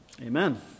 Amen